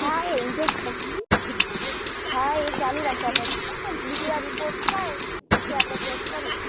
હા એટલે જ કહું છુ હા એ ચાલુ રાખવા પડશે એટલે બીજીવાર રીપોર્ટ થાય પછી આપણે ચેક કરીએ